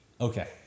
Okay